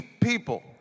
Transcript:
people